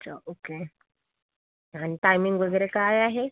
अच्छा ओके आणि टायमिंग वगैरे काय आहे